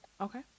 Okay